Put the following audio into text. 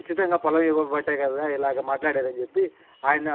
ఉచితంగా పొలం ఇవ్వబట్టే కదా ఇలాగా మాట్లాడారని చెప్పి ఆయన